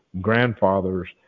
grandfathers